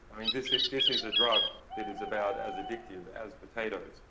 i mean this is this is a drug that is about as addictive as potatoes,